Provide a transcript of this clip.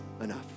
enough